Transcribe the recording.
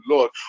Lord